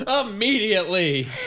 immediately